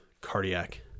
cardiac